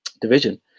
division